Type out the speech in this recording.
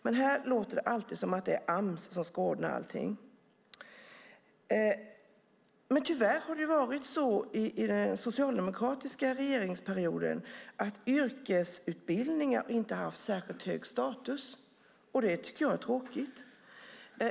Men här låter det alltid som att det är Ams som ska ordna allting. Tyvärr har det varit så under den socialdemokratiska regeringsperioden att yrkesutbildningar inte har haft särskilt hög status. Det tycker jag är tråkigt.